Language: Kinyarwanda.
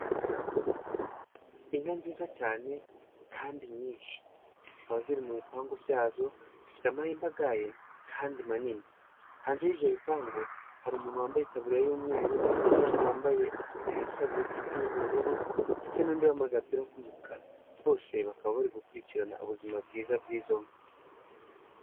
Inka nziza cyane kandi nyinshi zikaba ziri mu bipangu byazo zifite amahembe agaye kandi manini, hanze y'ibyo bipangu hari umuntu wambaye itaburiya y'umweru n'abandi bambaye ibisarubeti by'ubururu, ndetse n'undi wambaye agapira k'umukara, bose bakaba bari gukurikirana ubuzima bwiza bw'izo nka.